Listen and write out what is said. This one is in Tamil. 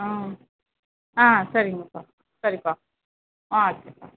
ஆ ஆ சரிங்கப்பா சரிப்பா ஆ சரிப்பா